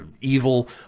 evil